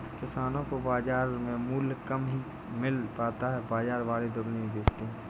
किसानो को बाजार में मूल्य कम ही मिल पाता है बाजार वाले दुगुने में बेचते है